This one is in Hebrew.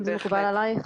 אם זה מקובל עליך?